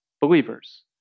believers